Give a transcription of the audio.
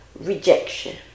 rejection